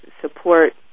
support